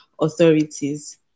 authorities